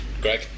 Greg